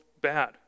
bad